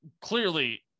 clearly